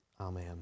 Amen